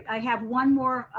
i have one more.